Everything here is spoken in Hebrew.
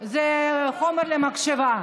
זה חומר למחשבה.